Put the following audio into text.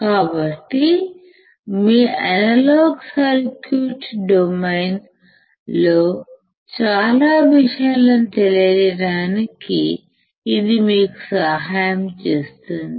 కాబట్టి మీ analog circuit డొమైన్లో చాలా విషయాలను తెలియ చేయడానికి ఇది మీకు సహాయం చేస్తుంది